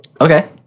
Okay